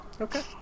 okay